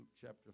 chapter